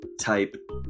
type